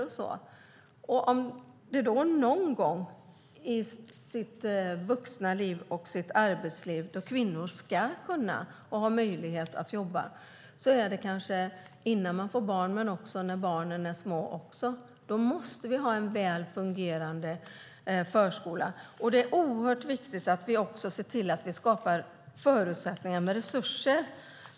Om kvinnor någon gång under sina vuxna liv och arbetsliv ska ha möjlighet att jobba är det innan de får barn och när barnen är små. Då måste det finnas en väl fungerande förskola. Det är oerhört viktigt att det skapas förutsättningar och att det finns resurser.